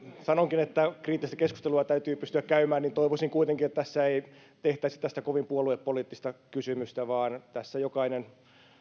sanonkin että kriittistä keskustelua täytyy pystyä käymään niin toivoisin kuitenkin että tästä ei tehtäisi kovin puoluepoliittista kysymystä vaan tässä jokainen